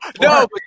No